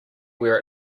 where